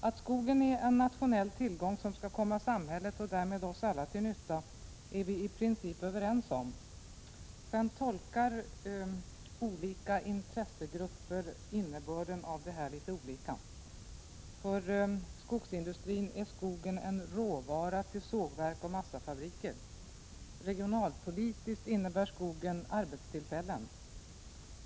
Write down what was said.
Att skogen är en nationell tillgång som skall komma samhället och därmed oss alla till nytta, är vi i princip överens om, men innebörden av detta tolkas olika av olika intressegrupper. För skogsindustrin är skogen en råvara till sågverk, massafabriker. Regionalpolitiskt innebär skogen arbetstillfällen.